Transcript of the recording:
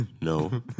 No